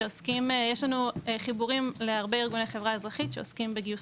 יש לנו חיבורים להרבה ארגוני חברה אזרחית שעוסקים בגיוס